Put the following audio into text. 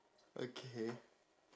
okay